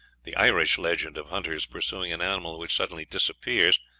the irish legend of hunters pursuing an animal which suddenly disappears,